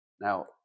Now